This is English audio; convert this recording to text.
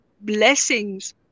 blessings